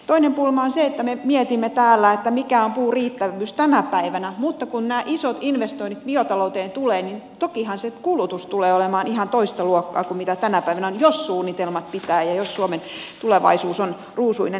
toinen pulma on se että me mietimme täällä mikä on puun riittävyys tänä päivänä mutta kun nämä isot investoinnit biotalouteen tulevat niin tokihan se kulutus tulee olemaan ihan toista luokkaa kuin mitä se tänä päivänä on jos suunnitelmat pitävät ja jos suomen tulevaisuus on ruusuinen